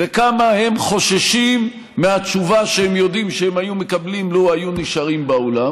וכמה הם חוששים מהתשובה שהם יודעים שהיו מקבלים לו היו נשארים באולם.